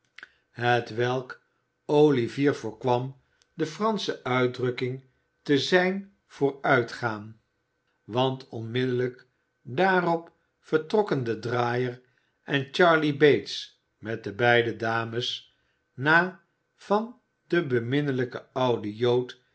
hetwelk olivier voorkwam de fransche uitdrukking te zijn voor uitgaan want onmiddellijk daarop vertrokken de draaier en charley bates met de beide dames na van den beminnelijken ouden jood